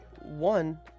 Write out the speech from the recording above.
One